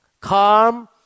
calm